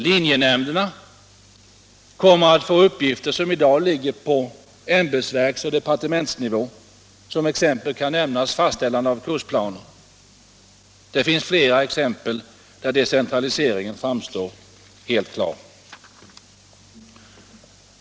Linjenämnden kommer att få uppgifter som i dag ligger på ämbetsverks och departementsnivå. Som exempel kan nämnas fastställande av kursplaner. Det kan anföras flera exempel där decentraliseringen framstår som helt klar.